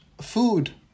food